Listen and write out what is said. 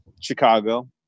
Chicago